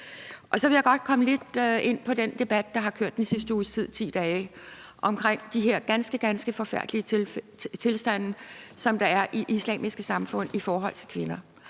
Jeg vil også godt komme lidt ind på den debat, der har kørt den sidste uges tid, de seneste 10 dage, omkring de her ganske forfærdelige tilstande, som der er i islamiske samfund i forhold til kvinder.